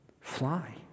fly